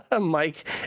Mike